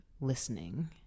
listening